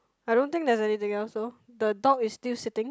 I don't think there's anything else though the dog is still sitting